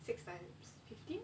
six times fifty